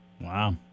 wow